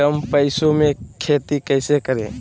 कम पैसों में खेती कैसे करें?